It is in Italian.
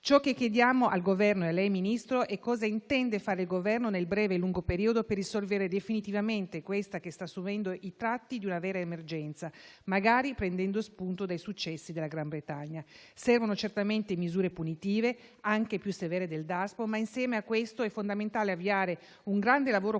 Ciò che chiediamo al Governo e a lei, signor Ministro, è cosa intenda fare il Governo, nel breve e lungo periodo, per risolvere definitivamente questa che sta assumendo i tratti di una vera emergenza, magari prendendo spunto dai successi della Gran Bretagna. Servono certamente misure punitive, anche più severe del Daspo. Ma, insieme ad esse, è fondamentale avviare un grande lavoro culturale